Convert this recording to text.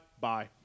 Bye